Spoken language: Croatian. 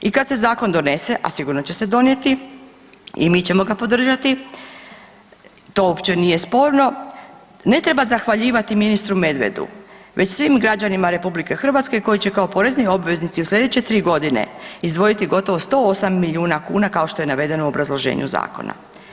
I kad se zakon donese, a sigurno će se donijeti i mi ćemo ga podržati to uopće nije sporno, ne treba zahvaljivati ministru Medvedu već svim građanima RH koji će kao porezni obveznici u slijedeće 3 godine izdvojiti gotovo 108 milijuna kuna kao što je navedeno u obrazloženju zakona.